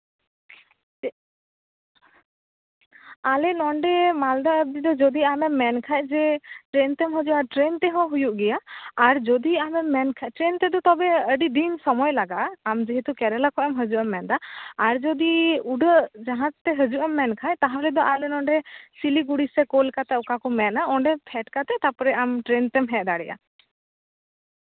ᱟᱞᱮ ᱱᱚᱰᱮ ᱢᱟᱞᱫᱟ ᱨᱮ ᱡᱚᱫᱤ ᱟᱢᱮᱢ ᱢᱮᱱ ᱠᱷᱟᱡ ᱡᱮ ᱴᱨᱮᱹᱱ ᱛᱮᱢ ᱦᱟᱹᱡᱩᱜᱼᱟ ᱴᱨᱮᱹᱱ ᱛᱮᱦᱚᱸ ᱦᱩᱭᱩᱜ ᱜᱮᱭᱟ ᱟᱨ ᱡᱚᱫᱤ ᱟᱢᱮᱢ ᱢᱮᱱ ᱠᱷᱟᱡ ᱴᱨᱮᱹᱱ ᱛᱮᱫᱚ ᱛᱚᱵᱮ ᱟᱹᱰᱤ ᱫᱤᱱ ᱥᱚᱢᱚᱭ ᱞᱟᱜᱟᱜᱼᱟ ᱟᱢ ᱡᱮᱦᱮᱛᱩ ᱠᱮᱨᱮᱞᱟ ᱠᱷᱚᱡ ᱦᱟᱹᱡᱩᱜᱼᱮᱢ ᱢᱮᱱ ᱮᱫᱟ ᱟᱨ ᱡᱩᱫᱤ ᱩᱰᱟᱹᱜ ᱡᱟᱦᱟᱡ ᱛᱮ ᱦᱟᱹᱡᱩᱜ ᱮᱢ ᱢᱮᱱ ᱠᱷᱟᱡ ᱛᱟᱦᱚᱞᱮ ᱫᱚ ᱟᱞᱮ ᱱᱚᱰᱮ ᱥᱤᱞᱤᱜᱩᱲᱤ ᱥᱮ ᱠᱳᱞᱠᱟᱛᱟ ᱚᱠᱟ ᱠᱚ ᱢᱮᱱᱟ ᱚᱸᱰᱮ ᱯᱷᱮᱰ ᱠᱟᱛᱮ ᱛᱟᱨᱯᱚᱨᱮ ᱟᱢ ᱴᱨᱮᱹᱱ ᱛᱮᱢ ᱦᱮᱡ ᱫᱟᱰᱮᱭᱟᱜᱼᱟ